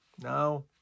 Now